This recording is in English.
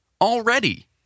already